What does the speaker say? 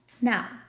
Now